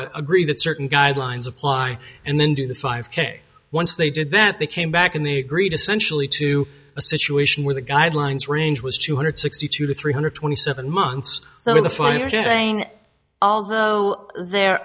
or agree that certain guidelines apply and then do the five k once they did that they came back in the agreed essentially to a situation where the guidelines range was two hundred sixty two to three hundred twenty seven months out of the five percent thing although there